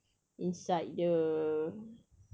inside the